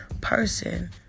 person